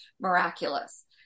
miraculous